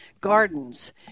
gardens